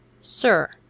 Sir